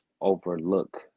overlook